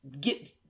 get